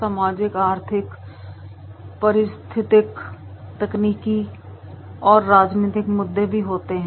सामाजिक आर्थिक पारिस्थितिक तकनीकी और राजनीतिक मुद्दे भी होते है